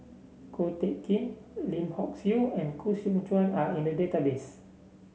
Ko Teck Kin Lim Hock Siew and Koh Seow Chuan are in the database